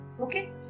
Okay